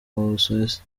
busuwisi